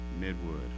Midwood